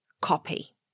copy